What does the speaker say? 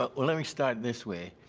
ah let me start this way.